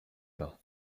bain